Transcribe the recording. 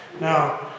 Now